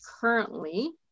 currently